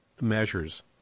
measures